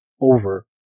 over